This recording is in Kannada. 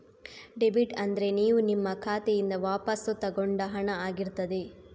ಡೆಬಿಟ್ ಅಂದ್ರೆ ನೀವು ನಿಮ್ಮ ಖಾತೆಯಿಂದ ವಾಪಸ್ಸು ತಗೊಂಡ ಹಣ ಆಗಿರ್ತದೆ